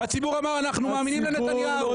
הציבור אמר: אנחנו מאמינים לנתניהו,